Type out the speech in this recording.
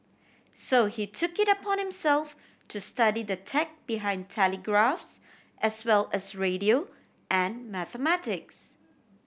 so he took it upon himself to study the tech behind telegraphs as well as radio and mathematics